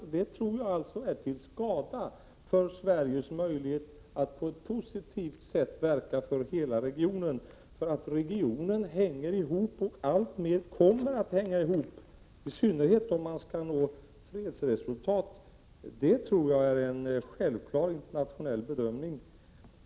Jag tror att det är till skada för Sveriges möjlighet att på ett positivt sätt verka för hela regionen. Regionen hänger ihop och kommer att göra det alltmer, i synnerhet om man skall nå fredsresultat. Det är en självklar internationell bedömning.